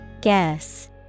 Guess